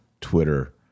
Twitter